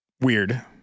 Weird